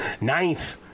Ninth